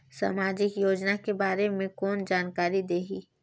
समाजिक योजना के बारे मे कोन जानकारी देही?